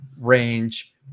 range